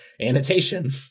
Annotation